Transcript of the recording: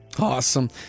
Awesome